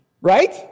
Right